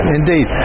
indeed